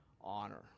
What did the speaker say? honor